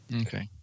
Okay